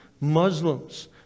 Muslims